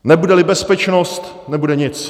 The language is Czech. Nebudeli bezpečnost, nebude nic.